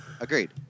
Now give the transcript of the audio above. Agreed